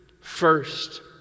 first